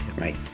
Right